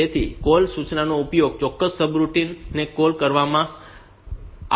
તેથી કૉલ સૂચનાનો ઉપયોગ ચોક્કસ સબરૂટિન માટે કરવામાં આવશે